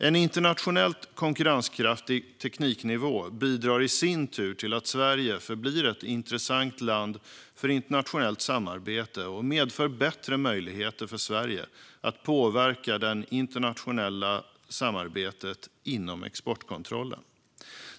En internationellt konkurrenskraftig tekniknivå bidrar i sin tur till att Sverige förblir ett intressant land för internationellt samarbete och medför bättre möjligheter för Sverige att påverka det internationella samarbetet inom exportkontroll.